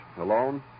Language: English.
Alone